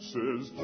says